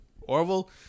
orville